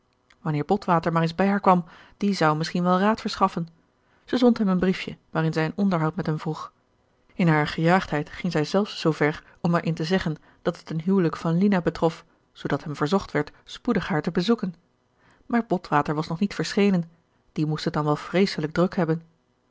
wanneer botwater maar eens bij haar kwam die zou misschien wel raad verschaffen zij zond hem een briefje waarin zij een onderhoud met hem vroeg in hare gejaagdheid ging zij zelfs zoover om er in te zeggen dat het een huwelijk van lina betrof zoodat hem verzocht werd spoedig haar te bezoeken maar botwater was nog niet verschenen die moest het dan wel vreeselijk druk hebben